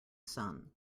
sun